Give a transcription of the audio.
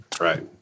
Right